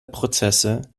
prozesse